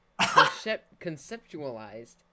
conceptualized